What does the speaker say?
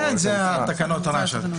כן, זה בתקנות הרעש.